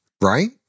right